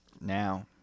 now